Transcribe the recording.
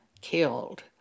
killed